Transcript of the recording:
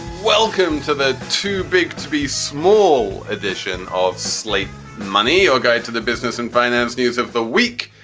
welcome to the too big to be small edition of slate money or guide to the business and finance news of the week.